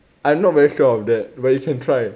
I am not very sure of that but you can try